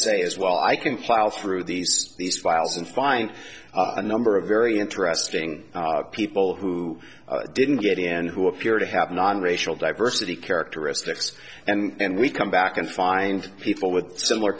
say as well i can file through these these files and find a number of very interesting people who didn't get in who appear to have non racial diversity characteristics and we come back and find people with similar